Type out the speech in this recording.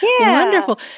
Wonderful